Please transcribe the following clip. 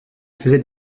faisait